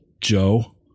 Joe